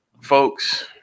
folks